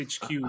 HQ